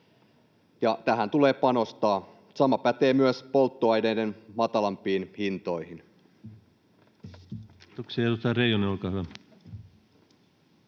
tähän tulee panostaa. Sama pätee myös polttoaineiden matalampiin hintoihin.